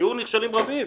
היו נכשלים רבים,